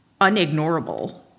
unignorable